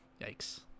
Yikes